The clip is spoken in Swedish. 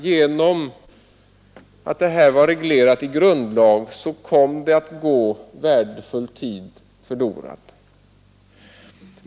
Genom att denna fråga var reglerad i grundlag kom värdefull tid att gå förlorad i det här fallet.